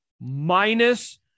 minus